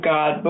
God